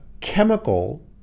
chemical